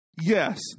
yes